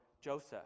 Joseph